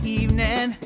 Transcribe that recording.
evening